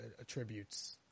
attributes